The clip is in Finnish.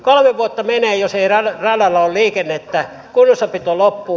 kolme vuotta menee jos radalla ei ole liikennettä ja kunnossapito loppuu